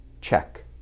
Check